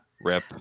rip